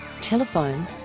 Telephone